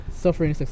suffering